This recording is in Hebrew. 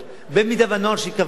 במידה שהנוהל שקבעתי,